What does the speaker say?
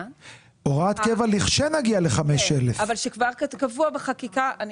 כן אבל שכבר קבוע בחקיקה.